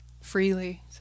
freely